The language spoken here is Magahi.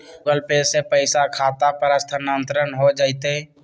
गूगल पे से पईसा खाता पर स्थानानंतर हो जतई?